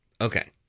Okay